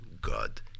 God